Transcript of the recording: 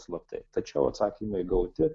slaptai tačiau atsakymai gauti